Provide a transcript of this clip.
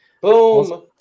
Boom